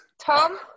Tom